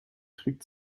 trick